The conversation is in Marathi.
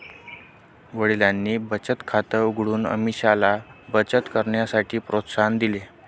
वडिलांनी बचत खात उघडून अमीषाला बचत करण्यासाठी प्रोत्साहन दिले